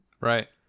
Right